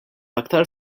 aktar